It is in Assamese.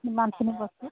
ইমানখিনি বস্তু